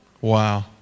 Wow